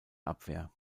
abwehr